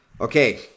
Okay